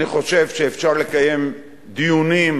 אני חושב שאפשר לקיים דיונים,